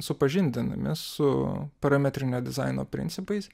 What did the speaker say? supažindinami su parametrinio dizaino principais